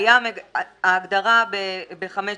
ההגדרה ב-(ג)